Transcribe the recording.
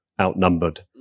outnumbered